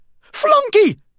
Flunky